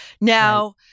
Now